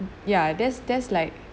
ya there's there's like